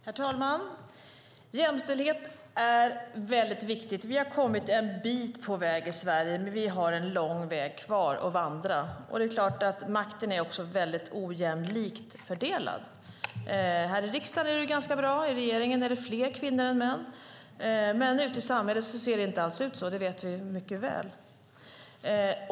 Herr talman! Jämställdhet är väldigt viktigt. Vi har kommit en bit på väg i Sverige, men vi har en lång väg kvar att vandra. Makten är också väldigt ojämlikt fördelad. Här i riksdagen är det ganska bra. I regeringen är det fler kvinnor än män. Men att det inte alls ser ut så ute i samhället vet vi mycket väl.